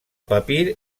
papir